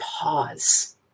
pause